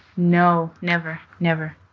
no. never. never